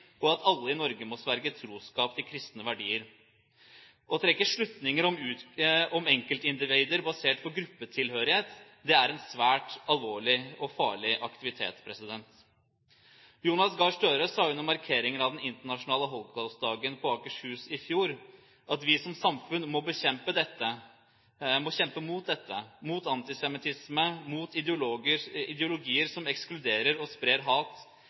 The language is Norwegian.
og at «alle i Norge må sverge troskap til Kristne verdier». Å trekke slutninger om enkeltindivider basert på gruppetilhørighet er en svært alvorlig og farlig aktivitet. Jonas Gahr Støre sa under markeringen av den internasjonal holocaustdagen på Akershus i fjor at vi som samfunn må kjempe mot dette – mot antisemittisme og mot ideologier som ekskluderer og sprer hat.